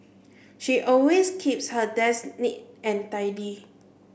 she always keeps her desk neat and tidy